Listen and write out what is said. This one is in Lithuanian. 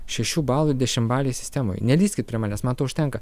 šešių balų dešimbalėj sistemoj nelįskit prie manęs man to užtenka